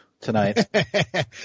tonight